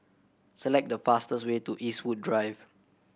select the fastest way to Eastwood Drive